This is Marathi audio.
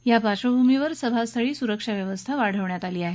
या पार्श्वभूमीवर सभास्थळी सुरक्षा व्यवस्था वाढवण्यात आली आहे